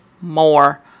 more